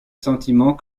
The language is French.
sentiment